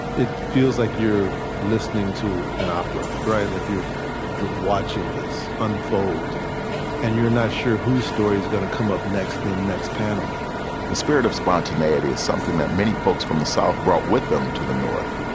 it feels like you're listening to an opera, right? like you you're watching this unfold and you're not sure whose story is gonna come. up next, the next panel the spirit of spontaneity is something that many folks from the south brought with them to the north.